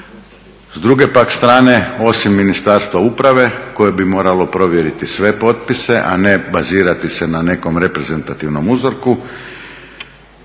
S druge pak strane osim Ministarstva uprave koje bi moralo provjeriti sve potpise, a ne bazirati se na nekom reprezentativnom uzorku